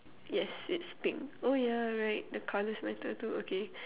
yes it's pink oh ya right the colors matter too okay